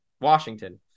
Washington